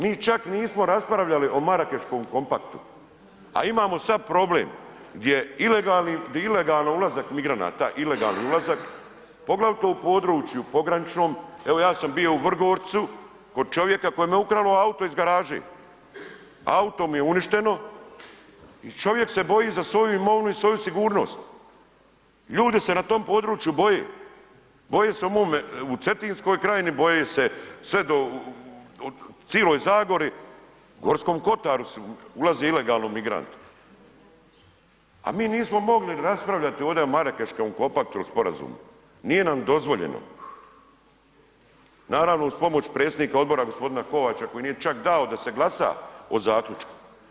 Mi čak nismo raspravljali o Marakeškom kompaktu, a imamo sad problem gdje ilegalnim, gdje ilegalno ulazak migranata, ilegalni ulazak, poglavito u području pograničnom, evo ja sam bio u Vrgorcu kod čovjeku kojem je ukralo auto iz garaže, auto mu je uništeno i čovjek se boji za svoju imovinu i svoju sigurnost, ljudi se na tom području boje, boje se u mome, u Cetinskoj krajini, boje se sve do, u ciloj Zagori, u Gorskom Kotaru su ulazili ilegalno migranti, a mi nismo mogli raspravljati ovdje o Marakeškom kompaktu il sporazumu, nije nam dozvoljeno, naravno uz predsjednika odbora g. Kovača koji nije čak dao da se glasa o zaključku.